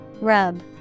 Rub